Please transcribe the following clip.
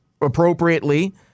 appropriately